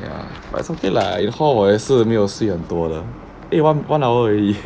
yeah but it's okay lah 以后没有多的 one one hour already